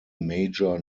major